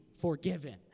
forgiven